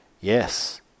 Yes